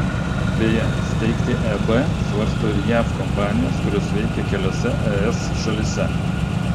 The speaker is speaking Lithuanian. beje steigti eb svarsto ir jav kompanijos kurios veikia keliose es šalyse